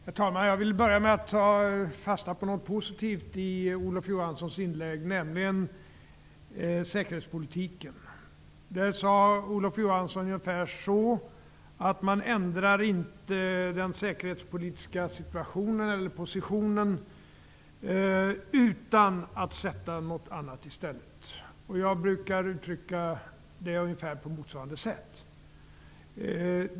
Herr talman! Jag vill börja med att ta fasta på någonting positivt i Olof Johanssons inlägg nämligen säkerhetspolitiken. Olof Johansson sade ungefär så att man inte ändrar den säkerhetspolitiska positionen utan att sätta något annat i stället. Jag brukar uttrycka saken på motsvarande sätt.